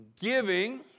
Giving